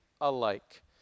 alike